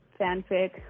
fanfic